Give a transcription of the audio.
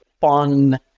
fun